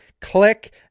click